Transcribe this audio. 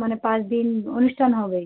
মানে পাঁচ দিন অনুষ্ঠান হবে